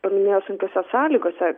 paminėjo sunkiose sąlygose